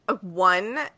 One